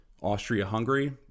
Austria-Hungary